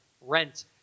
rent